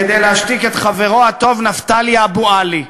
כדי להשתיק את חברו הטוב נפתלי אבו עלי.